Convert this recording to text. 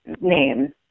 name